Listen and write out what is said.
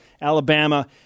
Alabama